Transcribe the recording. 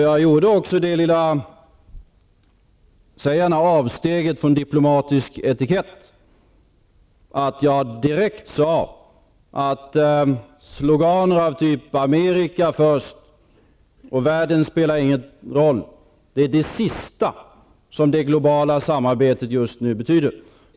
Jag gjorde också vad man kan kalla för ett avsteg från diplomatisk etikett då jag direkt sade att sloganer typ ''Amerika först, världen spelar ingen roll'' är det sista som det globala samarbetet just nu betyder.